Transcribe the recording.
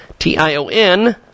T-I-O-N